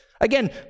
Again